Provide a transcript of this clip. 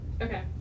Okay